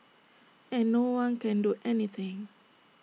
and no one can do anything